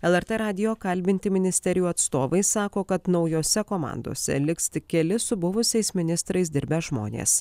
lrt radijo kalbinti ministerijų atstovai sako kad naujose komandose liks tik keli su buvusiais ministrais dirbę žmonės